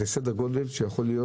אנשים יכולים